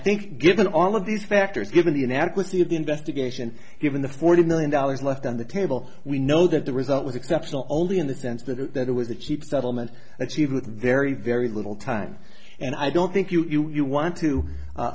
think given all of these factors given the inadequacy of the investigation given the forty million dollars left on the table we know that the result was exceptional only in the sense that it was a cheap settlement achieved with very very little time and i don't think you you want to